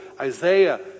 Isaiah